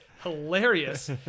hilarious